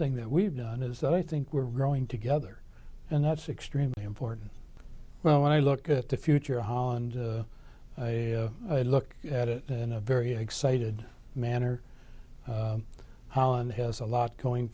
thing that we've done is that i think we're growing together and that's extremely important well when i look at the future of holland i look at it in a very excited manner holland has a lot going